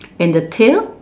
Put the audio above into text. and the tail